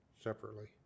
separately